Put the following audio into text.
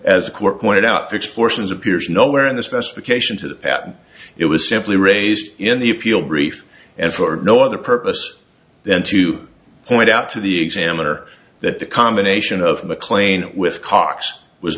as a court pointed out for explosions appears nowhere in the specification to the patent it was simply raised in the appeal brief and for no other purpose than to point out to the examiner that the combination of mclean with cox was